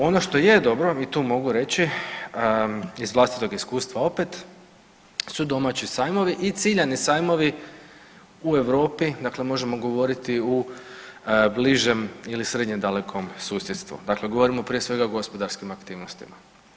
Ono što je dobro i tu mogu reći, iz vlastitog iskustva opet su domaći sajmovi i ciljani sajmovi u Europi, dakle možemo govoriti u bližem ili srednje dalekom susjedstvu, dakle govorimo prije svega o gospodarskim aktivnostima.